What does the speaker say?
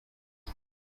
isi